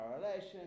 correlation